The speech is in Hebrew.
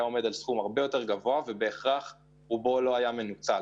עומד על סכום גבוה בהרבה ורובו לא היה מנוצל.